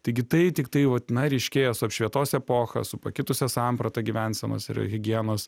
taigi tai tiktai vat na ryškėja su apšvietos epocha su pakitusia samprata gyvensenos ir higienos